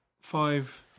Five